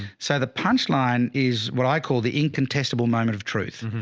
so the punchline is what i call the incontestable moment of truth.